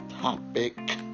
topic